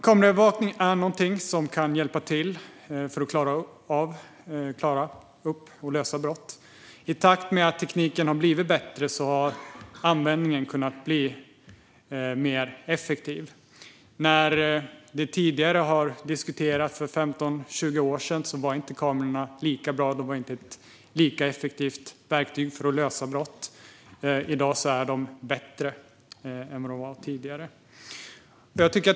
Kameraövervakning är någonting som kan hjälpa till att klara upp och lösa brott. I takt med att tekniken blivit bättre har användningen kunnat bli mer effektiv. När frågan tidigare diskuterades för 15 eller 20 år sedan var inte kamerorna lika bra. De var inte ett lika effektivt verktyg för att lösa brott. I dag är de bättre än vad de var tidigare.